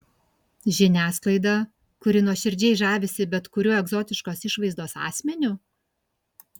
žiniasklaidą kuri nuoširdžiai žavisi bet kuriuo egzotiškos išvaizdos asmeniu